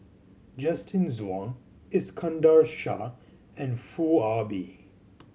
Justin Zhuang Iskandar Shah and Foo Ah Bee